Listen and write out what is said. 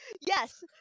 Yes